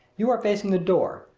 you are facing the door,